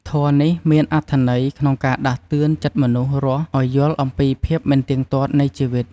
ធម៌នេះមានអត្ថន័យក្នុងការដាស់តឿនចិត្តមនុស្សរស់ឱ្យយល់អំពីភាពមិនទៀងទាត់នៃជីវិត។